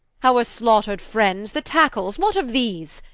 our slaught'red friends, the tackles what of these?